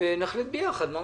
ונראה מה עושים.